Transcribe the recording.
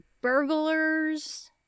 burglars